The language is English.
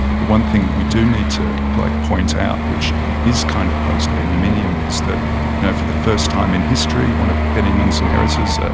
but, one thing that we do need to like point out, which is kind of post-benjaminian, is that you know for the first time in history, one of benjamin's inheritors,